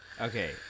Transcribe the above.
Okay